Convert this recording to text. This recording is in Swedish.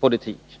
politik som Sverige förde fram till 1976?